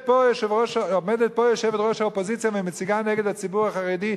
כשעומדת פה יושבת-ראש האופוזיציה ומציגה נגד הציבור החרדי,